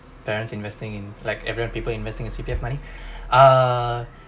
parents investing in like everyone people investing in C_P_F money ah